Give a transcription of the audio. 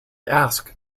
ask